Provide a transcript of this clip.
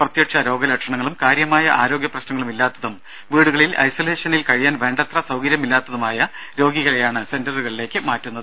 പ്രത്യക്ഷ രോഗലക്ഷണങ്ങളും കാര്യമായ ആരോഗ്യ പ്രശ്നങ്ങളും ഇല്ലാത്തതും വീടുകളിൽ ഐസൊലേഷനിൽ കഴിയാൻ വേണ്ടത്ര സൌകര്യമില്ലാത്തതുമായ രോഗികളെയാണ് സെന്ററുകളിലേക്ക് മാറ്റുക